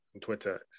Twitter